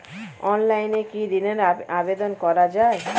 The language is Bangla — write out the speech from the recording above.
অনলাইনে কি ঋণের আবেদন করা যায়?